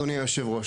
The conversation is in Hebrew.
אדוני היושב-ראש,